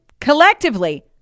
Collectively